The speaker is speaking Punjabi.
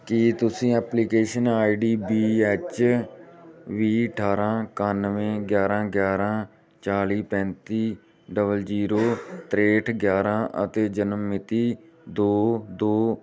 ਕੀ ਤੁਸੀਂ application I D B H ਵੀਹ ਅਠਾਰਾਂ ਇਕੱਨਵੇ ਗਿਆਰਾਂ ਗਿਆਰਾਂ ਚਾਲੀ ਪੈਂਤੀ ਡਬਲ ਜੀਰੋ ਤਰੇਂਹਠ ਗਿਆਰਾਂ ਅਤੇ ਜਨਮ ਮਿਤੀ ਦੋ ਦੋ